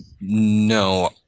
No